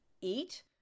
eat